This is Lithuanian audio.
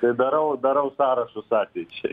tai darau darau sąrašus ateičiai